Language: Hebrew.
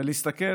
ולהסתכל.